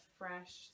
fresh